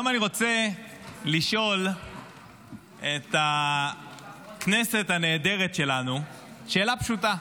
היום אני רוצה לשאול את הכנסת הנהדרת שלנו שאלה פשוטה: